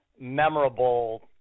memorable